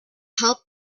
help